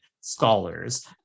scholars